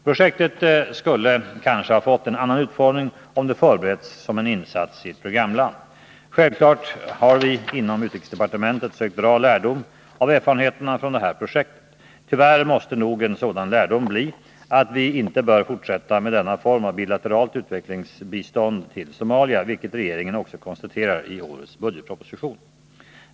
Projektet skulle kanske ha fått en annan utformning om det förberetts som en insats i ett programland. Självfallet har vi inom utrikesdepartementet sökt dra lärdom av erfarenheterna från detta projekt. Tyvärr måste nog en sådan lärdom bli att vi inte bör fortsätta med denna form av bilateralt utvecklingsbistånd till Somalia, vilket regeringen också konstaterar i årets budgetproposition.